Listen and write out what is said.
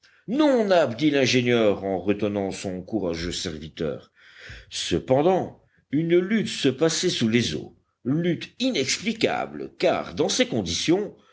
nab dit l'ingénieur en retenant son courageux serviteur cependant une lutte se passait sous les eaux lutte inexplicable car dans ces conditions